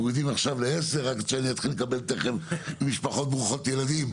מורידים עכשיו לעשר עד שאני אתחיל לקבל תיכף משפחות ברוכות ילדים,